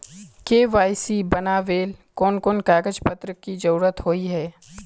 KYC बनावेल कोन कोन कागज पत्र की जरूरत होय है?